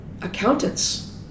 accountants